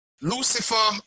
Lucifer